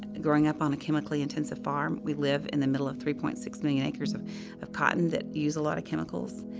and growing up on a chemically-intensive farm, we live in the middle of three point six million acres of of cotton that use a lot of chemicals.